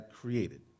created